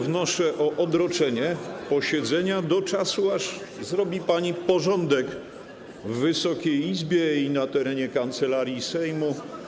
Wnoszę o odroczenie posiedzenia do czasu, aż zrobi pani porządek w Wysokiej Izbie i na terenie Kancelarii Sejmu.